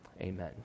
amen